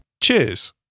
Cheers